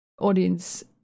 audience